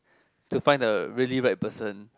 to find the really right person